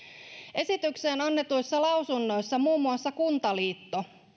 esityksestä annetuissa lausunnoissa muun muassa kuntaliitto